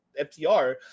FTR